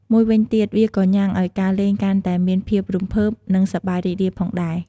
មួយវិញទៀត វាក៏ញុាំងឱ្យការលេងកាន់តែមានភាពរំភើប និង សប្បាយរីករាយផងដែរ។